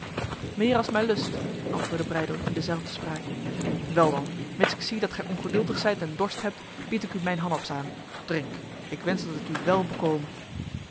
meer als mij lust antwoordde breydel in dezelfde spraak wel dan mits ik zie dat gij ongeduldig zijt en dorst hebt bied ik u mijn hanaps aan drink ik wens dat het u wel bekome